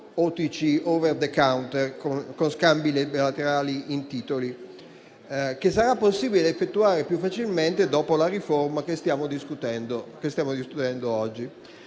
*over the counter* (OTC), con scambi bilaterali in titoli, che sarà possibile effettuare più facilmente dopo la riforma che stiamo discutendo oggi.